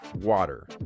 water